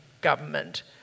government